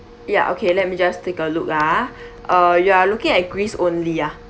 ya okay let me just take a look lah ah uh you are looking at greece only ah